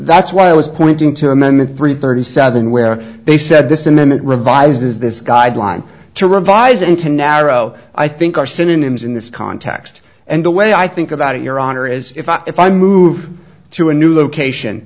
that's what i was pointing to amendment three thirty seven where they said this and then it revises this guideline to revise it into narrow i think are synonyms in this context and the way i think about it your honor is if i if i move to a new location